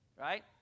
right